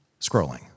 scrolling